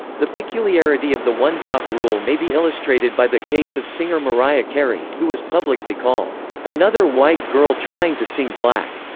the peculiarity of the one drop rule may be illustrated by the case of singer mariah carey, who was publicly called another white girl trying to sing black,